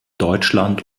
deutschland